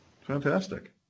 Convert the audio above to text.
Fantastic